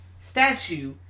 statue